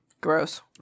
Gross